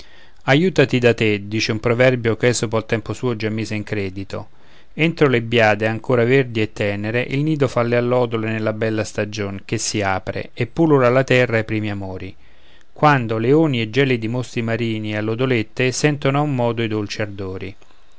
aiutati da te dice un proverbio ch'esopo al tempo suo già mise in credito entro le biade ancora verdi e tenere il nido fan le allodole nella bella stagion che si apre e pullula la terra ai primi amori quando leoni e gelidi mostri marini e allodolette sentono a un modo i dolci ardori